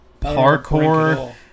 parkour